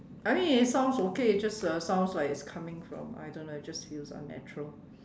I mean it sounds okay just uh sounds like it's coming from I don't know it just feels unnatural